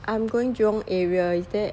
I'm going jurong area is that